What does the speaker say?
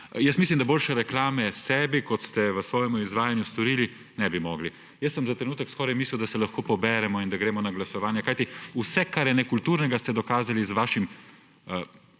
Mislim, da boljše reklame sebi, kot ste jo v svojem izvajanju storili, ne bi mogli narediti. Za trenutek sem skoraj mislil, da se lahko poberemo in da gremo na glasovanje, kajti vse, kar je nekulturnega, ste dokazali s svojim